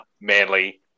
Manly